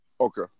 okay